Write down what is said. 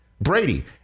Brady